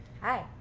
Hi